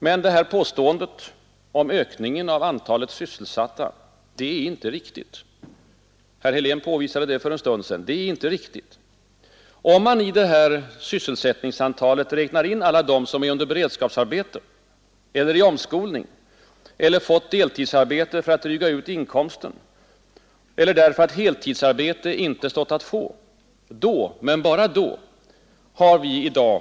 Men det här påståendet om ökningen av antalet sysselsatta är inte riktigt; herr Helén påvisade det för en stund se sysselsättningstalet räknar in alla dem som är under beredskapsarbete eller i omskolning, som fått deltidsarbete för att dryga ut inkomsten eller därför att heltidsarbete inte stått att få, då — men bara då — har vi i dag, an.